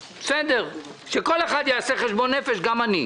בסדר, שכל אחד יעשה חשבון נפש, גם אני.